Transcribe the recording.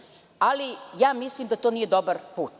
je opredelilo. Mislim da to nije dobar put.